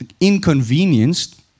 inconvenienced